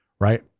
Right